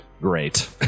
Great